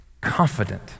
confident